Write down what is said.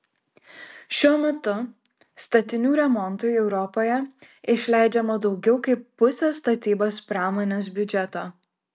šiuo metu statinių remontui europoje išleidžiama daugiau kaip pusė statybos pramonės biudžeto